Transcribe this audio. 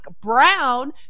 Brown